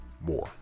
more